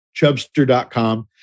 chubster.com